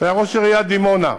שהיה ראש עיריית דימונה.